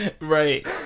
Right